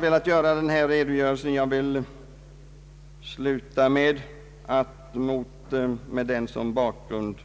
Med denna redogörelse som bakgrund ber jag att